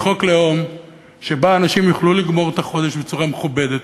חוק לאום שבו אנשים יוכלו לגמור את החודש בצורה מכובדת,